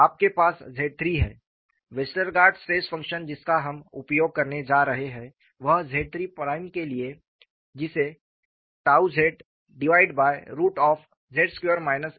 आपके पास ZIII है वेस्टरगार्ड स्ट्रेस फंक्शन जिसका हम उपयोग करने जा रहे हैं वह ZIII प्राइम के लिए है जिसे 𝝉zz2 a2 के रूप में दिया गया है